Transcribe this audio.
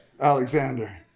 Alexander